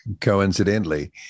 coincidentally